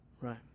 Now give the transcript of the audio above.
Right